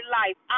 life